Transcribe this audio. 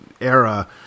era